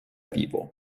vivo